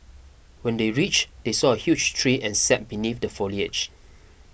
when they reached they saw a huge tree and sat beneath the foliage